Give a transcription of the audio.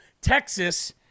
Texas